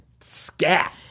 Scat